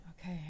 Okay